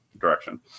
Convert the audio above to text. direction